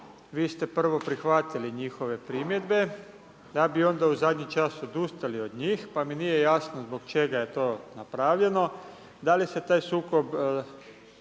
Vi ste prvo prihvatili njihove primjedbe da bi onda u zadnji čas odustali od njih. Pa mi nije jasno zbog čega je to napravljeno. Da li se taj sukob